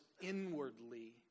inwardly